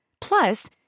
Plus